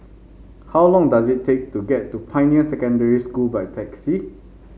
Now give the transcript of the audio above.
how long does it take to get to Pioneer Secondary School by taxi